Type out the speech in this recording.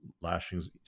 lashings